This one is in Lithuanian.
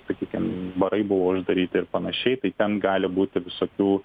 sakykim barai buvo uždaryti ir panašiai tai ten gali būti visokių